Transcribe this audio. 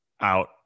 out